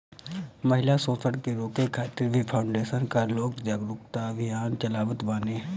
महिला शोषण के रोके खातिर भी फाउंडेशन कअ लोग जागरूकता अभियान चलावत बाने